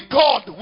god